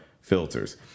filters